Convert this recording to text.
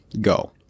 go